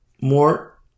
More